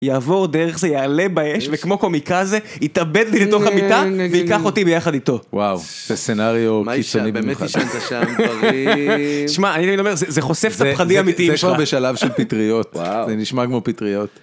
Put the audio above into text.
יעבור דרך זה, יעלה באש, וכמו קמיקזה, יתאבד לי לתוך המיטה, וייקח אותי ביחד איתו. וואו, זה סנריו קיצוני במיוחד. באמת יש שם דברים... שמע, אני מדבר, זה חושף את הפחדים האמיתיים שלך. זה כבר בשלב של פטריות, וואו, זה נשמע כמו פטריות.